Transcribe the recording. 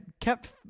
kept